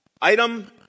item